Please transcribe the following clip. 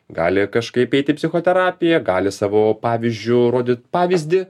gali kažkaip eiti psichoterapiją gali savo pavyzdžiu rodyt pavyzdį